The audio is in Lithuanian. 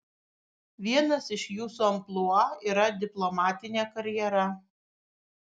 vienas iš jūsų amplua yra diplomatinė karjera